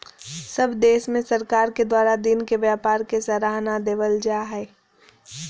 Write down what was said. सब देश में सरकार के द्वारा दिन के व्यापार के सराहना देवल जा हइ